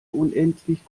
unendlich